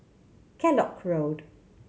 Kellock Road